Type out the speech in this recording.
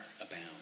abound